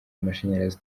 amashanyarazi